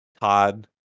Todd